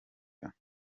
umwuga